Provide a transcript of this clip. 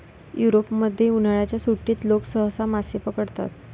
युरोपमध्ये, उन्हाळ्याच्या सुट्टीत लोक सहसा मासे पकडतात